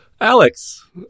Alex